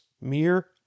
mere